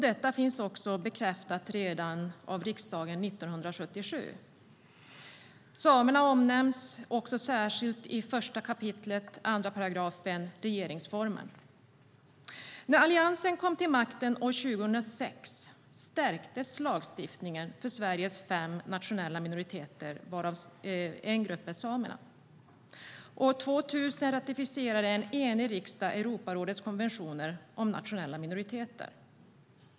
Detta finns också bekräftat av riksdagen redan 1977. Samerna omnämns också särskilt i 1 kap. 2 § regeringsformen. När Alliansen kom till makten år 2006 stärktes lagstiftningen för Sveriges fem nationella minoriteter, varav en grupp är samerna. År 2000 ratificerade en enig riksdag Europarådets konventioner om nationella minoriteter.